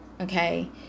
Okay